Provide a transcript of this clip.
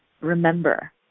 remember